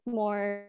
more